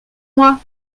moi